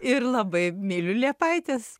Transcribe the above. ir labai myliu liepaites